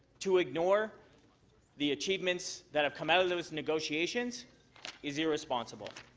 to ignore the achievements that have come out of those negotiations is irresponsible.